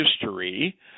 history